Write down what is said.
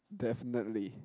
definitely